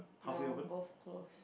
no both close